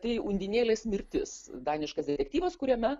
tai undinėlės mirtis daniškas detektyvas kuriame